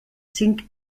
cinc